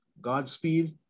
Godspeed